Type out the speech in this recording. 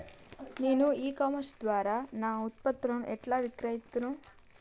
నేను e commerce ద్వారా నా ఉత్పత్తులను ఎట్లా విక్రయిత్తను?